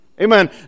Amen